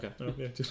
Okay